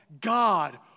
God